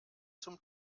zum